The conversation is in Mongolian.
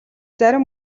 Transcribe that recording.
зарим